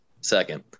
second